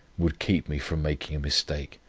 would keep me from making a mistake.